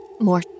more